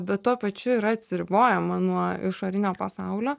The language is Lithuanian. bet tuo pačiu yra atsiribojama nuo išorinio pasaulio